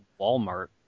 Walmart